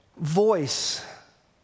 voice